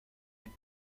les